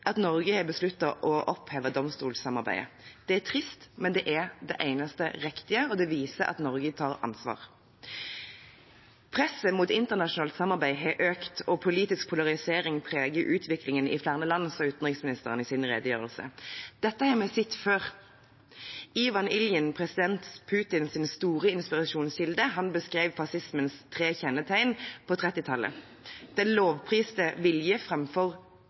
at Norge har besluttet å oppheve domstolsamarbeidet. Det er trist, men det er det eneste riktige, og det viser at Norge tar ansvar. Presset mot internasjonalt samarbeid har økt, og politisk polarisering preger utviklingen i flere land, sa utenriksministeren i sin redegjørelse. Dette har vi sett før. Ivan Iljin, president Putins store inspirasjonskilde, beskrev fascismens tre kjennetegn på 1930-tallet: den lovpriste vilje